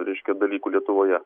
reiškia dalykų lietuvoje